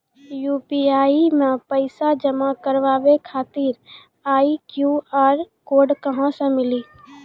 UPI मे पैसा जमा कारवावे खातिर ई क्यू.आर कोड कहां से मिली?